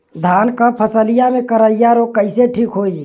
धान क फसलिया मे करईया रोग कईसे ठीक होई?